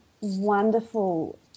wonderful